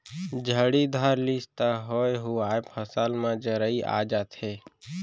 झड़ी धर लिस त होए हुवाय फसल म जरई आ जाथे